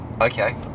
Okay